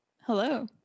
Hello